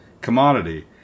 commodity